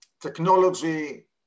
Technology